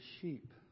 sheep